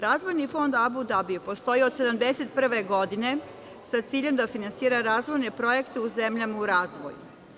Razvojni fond Abu Dabija postoji od 1971. godine sa ciljem da finansira razvojne projekte u zemljama u razvoju.